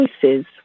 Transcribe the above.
choices